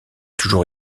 toujours